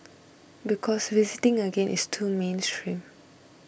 because visiting again is too mainstream